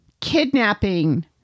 kidnapping